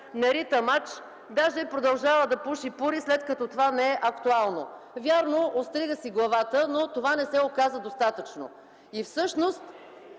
рита мач, даже продължава да пуши пури, след като това не е актуално. Вярно, острига си главата, но това не се оказа достатъчно. (Оживление.)